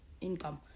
income